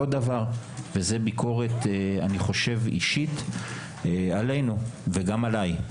עוד דבר וזאת ביקורת אישית עלינו וגם עלי.